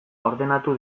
ordenatu